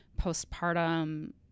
postpartum